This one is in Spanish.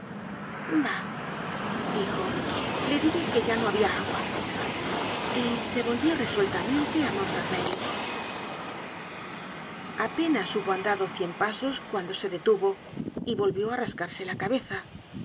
dijo le diré que ya no habia agua y se volvió resueltamente á montfermeil content from google book search generated at apenas hubo andado cien pasos cuando se detuvo y volvió á rascarse la cabeza